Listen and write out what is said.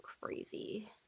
Crazy